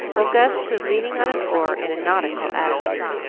while gus stood leaning on an oar in a nautical attitude.